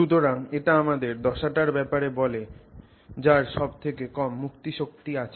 সুতরাং এটা আমাদের দশাটার ব্যাপারে বলে যার সব থেকে কম মুক্ত শক্তি আছে